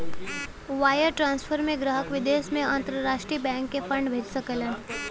wire transfer में ग्राहक विदेश में अंतरराष्ट्रीय बैंक के फंड भेज सकलन